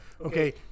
okay